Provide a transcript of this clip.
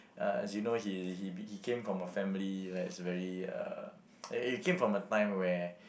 uh as you know he he came from a family like is very uh he came from a time where